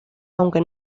aunque